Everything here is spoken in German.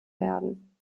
werden